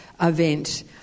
event